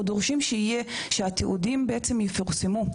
אנחנו דורשים שהתיעודים יפורסמו,